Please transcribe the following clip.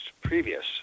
previous